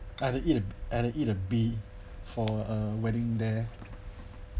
I have to eat I have to eat a bee for a wedding there